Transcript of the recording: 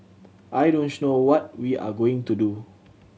I don't know what we are going to do